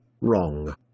Wrong